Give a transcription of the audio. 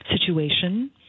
situation